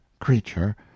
creature